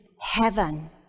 heaven